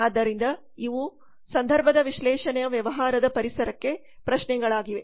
ಆದ್ದರಿಂದ ಇವು ಸಂದರ್ಭದ ವಿಶ್ಲೇಷಣೆಯ ವ್ಯವಹಾರದ ಪರಿಸರಕ್ಕೆ ಪ್ರಶ್ನೆಗಳಾಗಿವೆ